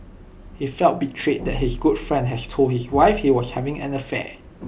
he felt betrayed that his good friend has told his wife he was having an affair